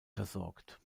versorgt